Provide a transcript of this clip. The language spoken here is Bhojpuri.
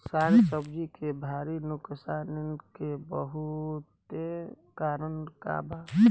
साग सब्जी के भारी नुकसान के बहुतायत कारण का बा?